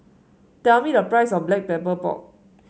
tell me the price of Black Pepper Pork